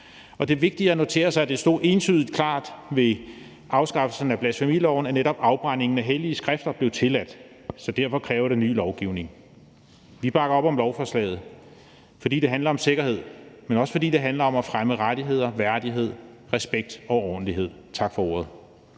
også vigtigt at notere sig, at det ved afskaffelsen af blasfemiloven stod entydigt klart, at netop afbrændingen af hellige skrifter blev tilladt, så derfor kræver det en ny lovgivning. Vi bakker op om lovforslaget, fordi det handler om sikkerhed, men også fordi det handler om at fremme rettigheder, værdighed, respekt og ordentlighed. Tak for ordet.